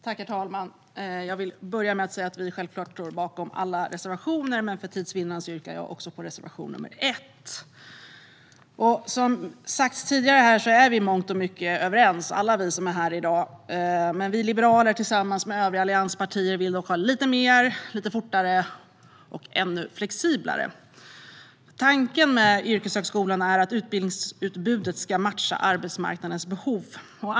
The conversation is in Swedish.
Herr talman! Jag vill börja med att säga att vi självklart står bakom alla reservationer, men för tids vinnande yrkar jag bifall endast till reservation 1. Som har sagts tidigare är alla vi som är här i dag överens i mångt och mycket. Vi liberaler och övriga allianspartier vill dock ha lite mer, och vi vill ha det lite fortare. Vi vill också att det ska vara ännu mer flexibelt. Tanken med yrkeshögskolan är att utbildningsutbudet ska matcha arbetsmarknadens behov.